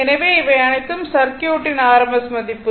எனவே இவை அனைத்தும் சர்க்யூட்டின் rms மதிப்பு ஆகும்